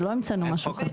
לא המצאנו משהו.